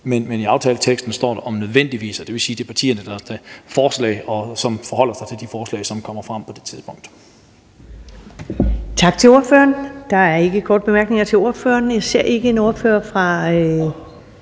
Men i aftaleteksten står der »om nødvendigt«. Det vil sige, at det er partierne, der stiller forslag, og som forholder sig til de forslag, som kommer frem på det tidspunkt.